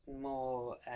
more